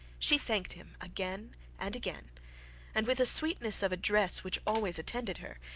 she thanked him again and again and, with a sweetness of address which always attended her,